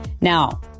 now